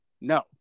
No